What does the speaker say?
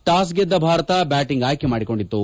toss ಗೆದ್ದ Bharat batting ಆಯ್ಕೆ ಮಾಡಿಕೊಂಡಿತು